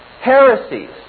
Heresies